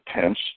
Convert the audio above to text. tense